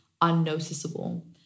unnoticeable